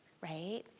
right